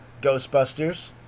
Ghostbusters